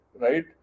right